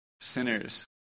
sinners